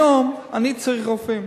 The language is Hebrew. היום אני צריך רופאים.